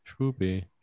swoopy